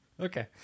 okay